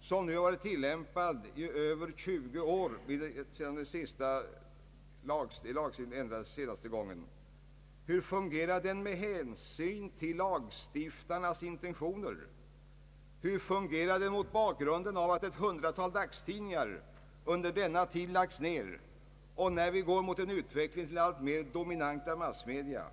som nu varit tillämpad i över 20 år sedan den ändrades sista gången? Hur fungerar den med hänsyn till lagstiftarnas intentioner? Hur fungerar den mot bakgrunden av att ett hundratal dagstidningar under denna tid lagts ner och när vi går mot en utveckling till alltmer dominanta massmedia?